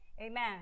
amen